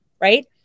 right